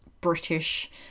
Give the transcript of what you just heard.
British